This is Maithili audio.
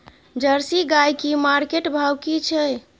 जर्सी गाय की मार्केट भाव की छै?